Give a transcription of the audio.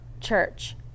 church